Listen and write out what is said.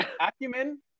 acumen